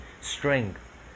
strength